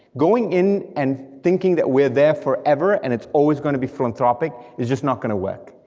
going in and thinking that we're there forever, and it's always going to be philanthropic is just not going to work,